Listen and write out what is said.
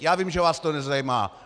Já vím, že vás to nezajímá.